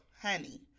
honey